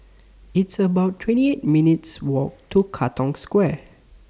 It's about twenty eight minutes' Walk to Katong Square